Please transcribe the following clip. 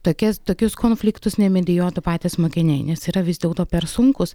tokias tokius konfliktus nemedijuotų patys mokiniai nes yra vis dėlto per sunkūs